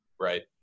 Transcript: right